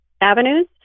avenues